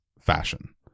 fashion